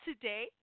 today